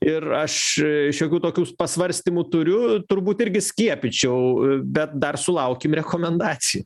ir aš šiokių tokių pasvarstymų turiu turbūt irgi skiepyčiau bet dar sulaukim rekomendacijų